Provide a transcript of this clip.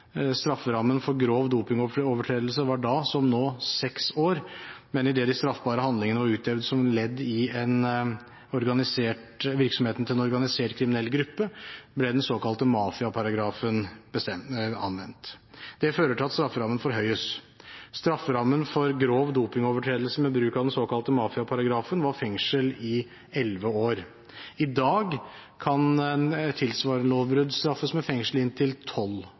Strafferammen for grov dopingovertredelse var da, som nå, seks år, men idet de straffbare handlingene var utøvd som ledd i virksomheten til en organisert kriminell gruppe, ble den såkalte mafiaparagrafen anvendt. Det fører til at strafferammen forhøyes. Strafferammen for grov dopingovertredelse med bruk av den såkalte mafiaparagrafen var fengsel i elleve år. I dag kan et tilsvarende lovbrudd straffes med fengsel i inntil tolv